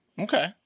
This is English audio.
Okay